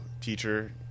teacher